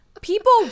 people